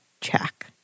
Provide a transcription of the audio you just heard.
check